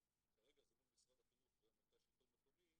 כרגע זה מול משרד החינוך ומול מרכז השלטון המקומי,